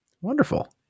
Wonderful